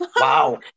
Wow